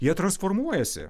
jie transformuojasi